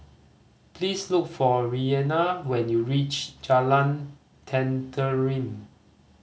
please look for Raina when you reach Jalan Tenteram